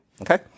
okay